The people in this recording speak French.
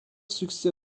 succès